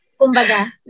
Kumbaga